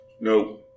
No